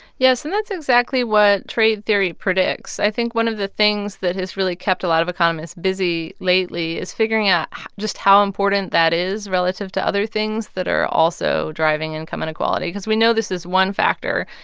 yes. and that's exactly what trade theory predicts. i think one of the things that has really kept a lot of economists busy lately is figuring out just how important that is relative to other things that are also driving income inequality because we know this is one factor.